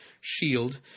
shield